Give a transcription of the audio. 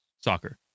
soccer